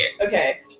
okay